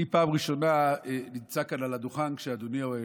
אני פעם ראשונה נמצא כאן על הדוכן כשאדוני הוא היושב-ראש,